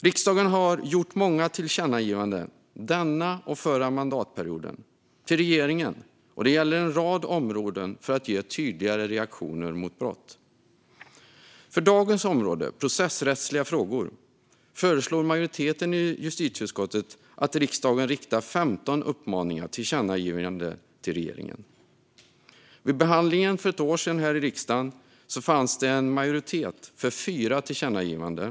Riksdagen har denna mandatperiod och den förra gjort många tillkännagivanden till regeringen på en rad områden för att ge tydligare reaktioner mot brott. För dagens område, processrättsliga frågor, föreslår majoriteten i justitieutskottet att riksdagen riktar 15 uppmaningar, tillkännagivanden, till regeringen. Vid behandlingen för ett år sedan fanns det majoritet för fyra tillkännagivanden.